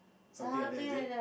something like that is it